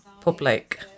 public